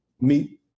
meet